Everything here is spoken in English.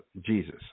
Jesus